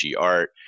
art